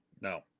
No